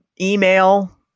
email